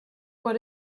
what